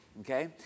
okay